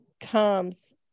comes